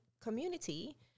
community